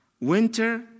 Winter